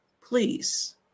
please